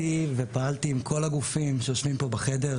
ופעלתי עם כל הגופים שיושבים כאן בחדר,